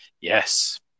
Yes